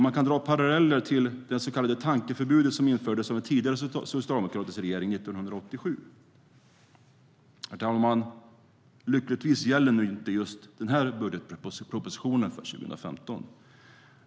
Man kan dra paralleller till det så kallade tankeförbudet, som infördes av en tidigare socialdemokratisk regering 1987.Herr talman! Lyckligtvis gäller nu inte just den här budgetpropositionen för 2015.